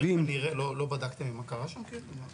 כשאתה אומר 'כנראה', לא בדקתם מה קרה שם כאילו?